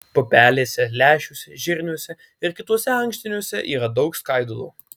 pupelėse lęšiuose žirniuose ir kituose ankštiniuose yra daug skaidulų